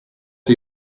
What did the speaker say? are